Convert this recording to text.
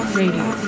radio